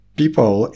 people